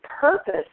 purpose